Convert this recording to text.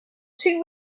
two